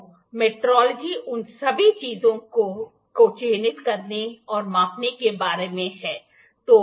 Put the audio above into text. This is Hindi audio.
तो मेट्रोलॉजी उन सभी चीजों को चिह्नित करने मापने के बारे में है